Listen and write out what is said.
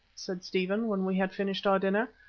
said stephen, when we had finished our dinner,